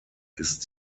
ist